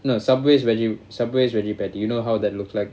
no Subway's veggi~ Subway's veggie patty you know how that looks like